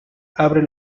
abre